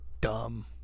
dumb